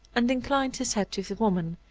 and inclined his head to the woman,